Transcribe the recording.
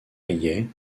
riait